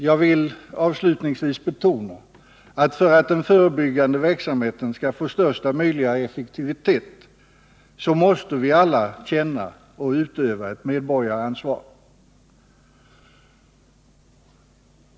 Jag vill avslutningsvis betona att för att den förebyggande verksamheten skall få största möjliga effektivitet så måste vi alla känna och utöva ett medborgaransvar.